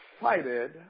excited